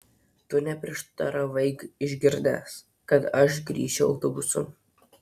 tu neprieštaravai išgirdęs kad aš grįšiu autobusu